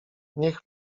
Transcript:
niech